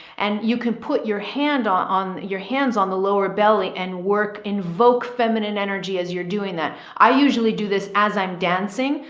and you can put your hand on on your hands, on the lower belly and work, invoke feminine energy. as you're doing that, i usually do this as i'm dancing.